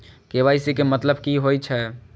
KYC के मतलब कि होई छै?